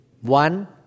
One